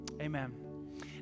Amen